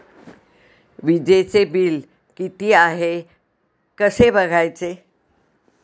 वीजचे बिल किती आहे कसे बघायचे?